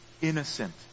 innocent